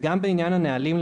וגם בעניין הנהלים,